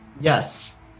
Yes